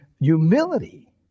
humility